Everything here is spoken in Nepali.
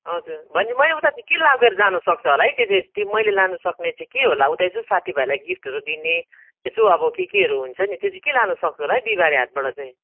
हजुर भनेपछि मैले उता चाहिँ के लगेर जानु सक्छ होला है त्यो चाहिँ त्यो मैले लानु सक्ने चाहिँ के होला उता यसो साथीभाइलाई गिफ्टहरू दिने यसो अब के केहरू हुन्छ नि त्यो चाहिँ के लानु सक्छु होला है बिहिबारे हाटबाट चाहिँ